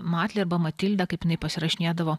matlė arba matilda kaip jinai pasirašinėdavo